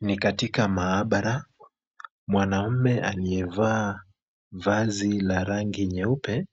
Ni katika maabara, mwanaume aliyevaa vazi la rangi nyeupe,